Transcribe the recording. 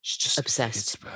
Obsessed